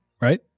Right